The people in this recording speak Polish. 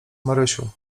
marysiu